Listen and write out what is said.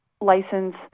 license